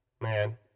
Man